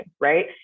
right